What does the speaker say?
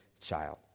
child